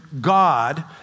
God